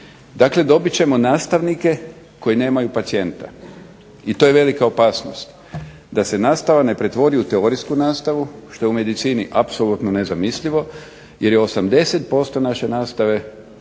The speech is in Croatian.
Dakle, dobit ćemo nastavnike koji nemaju pacijenta i to je velika opasnost, da se nastava ne pretvori u teorijsku nastavu što je u medicini apsolutno nezamislivo jer je 80% naše nastave primijenjeno